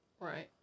right